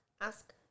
ask